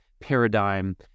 paradigm